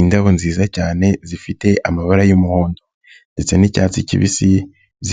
Indabo nziza cyane zifite amabara y'umuhondo ndetse n'icyatsi kibisi,